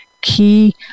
key